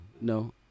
no